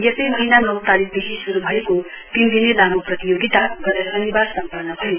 यसै महीना नौ तारीकदेखि शुरू भएको तीन दिने लामो प्रतियोगिता गत शनिवार सम्पन्न भयो